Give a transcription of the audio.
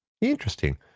Interesting